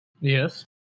Yes